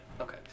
Okay